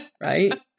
Right